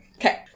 Okay